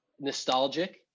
nostalgic